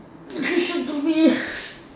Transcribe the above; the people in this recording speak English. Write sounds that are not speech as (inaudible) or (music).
(noise) so the best